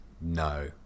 no